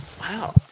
Wow